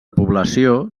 població